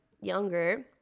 younger